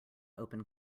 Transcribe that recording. open